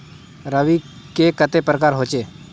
रवि के कते प्रकार होचे?